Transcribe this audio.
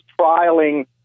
trialing